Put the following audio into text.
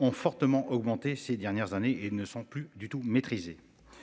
ont fortement augmenté ces dernières années et ne sont plus du tout maîtrisé.